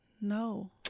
No